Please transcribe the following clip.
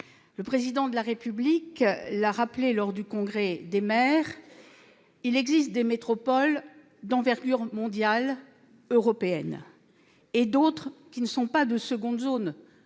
Le Président de la République l'a rappelé lors du congrès des maires, il existe des métropoles d'envergure européenne et mondiale et d'autres qui sont non pas de seconde zone, ...